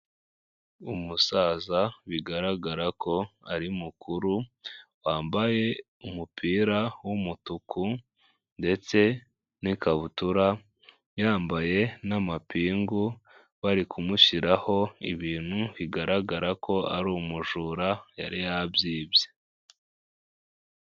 Umusaza bigaragara ko ari mukuru wambaye umupira w'umutuku ndetse n'ikabutura, yambaye n'amapingu bari kumushyiraho ibintu bigaragara ko ari umujura yari yabyibye.